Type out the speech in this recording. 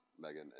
Megan